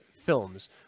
films